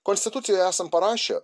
konstitucijoj esam parašę